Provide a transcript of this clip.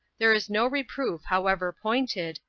there is no reproof however pointed,